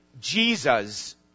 Jesus